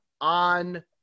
on